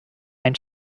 ein